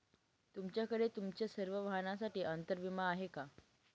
तुमच्याकडे तुमच्या सर्व वाहनांसाठी अंतर विमा आहे का